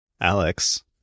alex